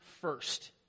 first